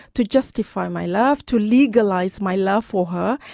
to justify my love, to legalise my love for her,